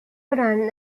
ran